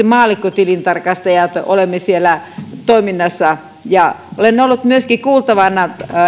maallikkotilintarkastajat olemme siellä toiminnassa olen ollut myöskin kuultavana